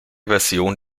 version